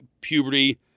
puberty